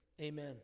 Amen